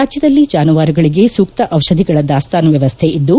ರಾಜ್ಯದಲ್ಲಿ ಜಾನುವಾರುಗಳಿಗೆ ಸೂಕ್ತ ಜಿಷಧಿಗಳ ದಾಸ್ತಾನು ವ್ಯವಸ್ಥೆ ಇದ್ದು